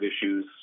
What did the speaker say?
issues